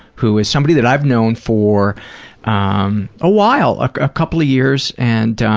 who is somebody that i've known for um a while, a couple of years, and